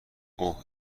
اوه